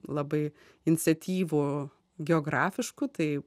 labai iniciatyvų geografiškų tai